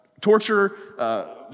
torture